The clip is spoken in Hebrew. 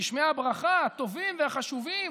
גשמי הברכה הטובים והחשובים